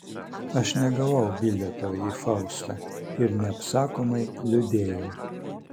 aš negavau bilieto į faustą ir neapsakomai liūdėjau